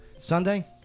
Sunday